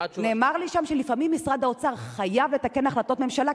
נאמר לי שם שלפעמים משרד האוצר חייב לתקן החלטות ממשלה,